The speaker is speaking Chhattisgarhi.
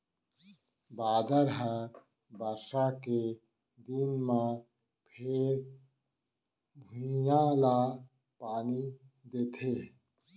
बादर ह बरसा के दिन म फेर भुइंया ल पानी देथे